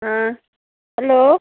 ꯑꯥ hello